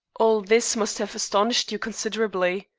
all this must have astonished you considerably?